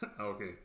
Okay